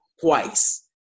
twice